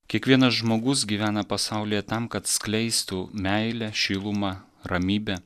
kiekvienas žmogus gyvena pasaulyje tam kad skleistų meilę šilumą ramybę